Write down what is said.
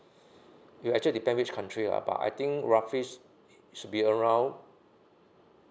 you actually depend which country ah but I think roughly should be around